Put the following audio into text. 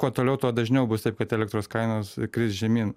kuo toliau tuo dažniau bus taip kad elektros kainos kris žemyn